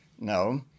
No